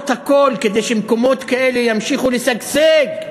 הכול כדי שמקומות כאלה ימשיכו לשגשג,